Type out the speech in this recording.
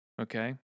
okay